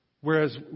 whereas